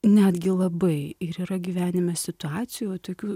netgi labai ir yra gyvenime situacijų tokių